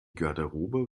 garderobe